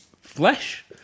flesh